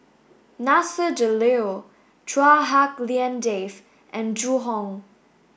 Nasir Jalil Chua Hak Lien Dave and Zhu Hong